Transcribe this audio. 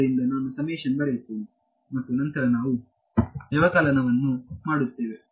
ಆದ್ದರಿಂದ ನಾನು ಸಮೇಶನ್ ಬರೆಯುತ್ತೇನೆ ಮತ್ತು ನಂತರ ನಾವು ವ್ಯವಕಲನವನ್ನು ಮಾಡುತ್ತೇವೆ